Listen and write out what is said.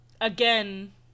again